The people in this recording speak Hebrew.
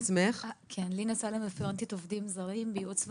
אני רפרנטית עובדים זרים בייעוץ וחקיקה,